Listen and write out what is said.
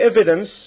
evidence